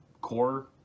Core